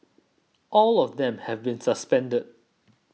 all of them have been suspended